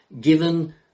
given